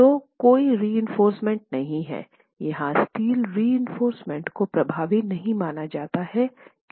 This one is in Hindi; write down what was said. तोकोई रिइंफोर्समेन्ट नहीं है यहां स्टील रिइंफोर्समेन्ट को प्रभावी नहीं माना जाता है